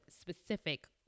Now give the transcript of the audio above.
specific